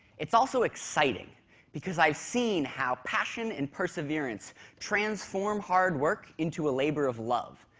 it's also exciting because i've seen how passion and perseverance transform hard work into a labor of love,